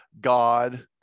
God